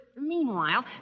meanwhile